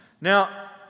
Now